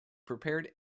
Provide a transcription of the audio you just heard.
prepared